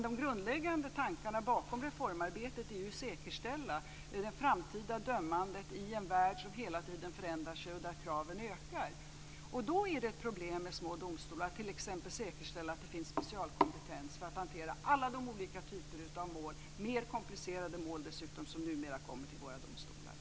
De grundläggande tankarna bakom reformarbetet är att säkerställa det framtida dömandet i en värld som hela tiden förändrar sig och där kraven ökar. Då är det problem för små domstolar när det t.ex. gäller att säkerställa att det finns specialkompetens för att hantera alla de olika typer av mer komplicerade mål som numera kommer till våra domstolar.